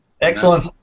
Excellent